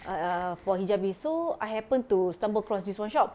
err err for hijabis so I happened to stumble across this one shop